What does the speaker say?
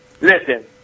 Listen